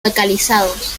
localizados